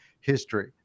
history